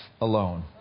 alone